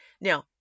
Now